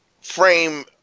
frame